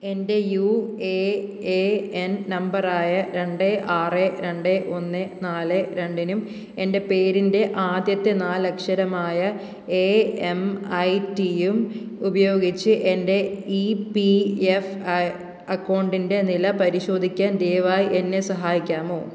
എൻ്റെ U A A N നമ്പറായ രണ്ട് ആറ് രണ്ട് ഒന്ന് നാല് രണ്ടിനും എൻ്റെ പേരിൻ്റെ ആദ്യത്തെ നാലക്ഷരമായ എ എം ഐ ടിയും ഉപയോഗിച്ച് എൻ്റെ ഇ പി എഫ് അക്കൗണ്ടിൻ്റെ നില പരിശോധിക്കാൻ ദയവായി എന്നെ സഹായിക്കാമോ